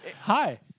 Hi